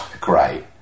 great